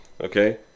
Okay